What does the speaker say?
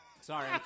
Sorry